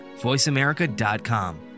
voiceamerica.com